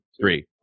three